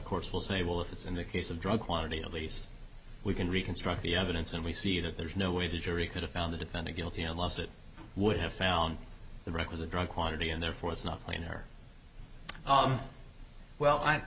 courts will say well if it's in the case of drug quantity at least we can reconstruct the evidence and we see that there's no way the jury could have found the defendant guilty unless it would have found the requisite drug quantity and therefore it's not